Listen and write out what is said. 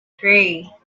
three